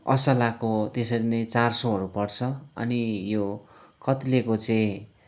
असलाको त्यसरी नै चार सयहरू पर्छ अनि यो कत्लेको चाहिँ